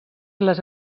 les